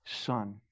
son